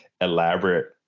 elaborate